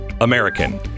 american